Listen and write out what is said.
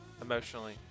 emotionally